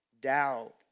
doubt